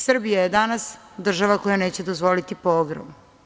Srbija je danas država koja neće dozvoliti pogrom.